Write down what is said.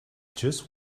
just